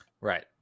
Right